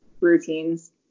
routines